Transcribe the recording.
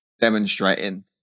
demonstrating